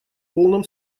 полном